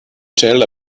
tell